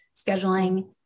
scheduling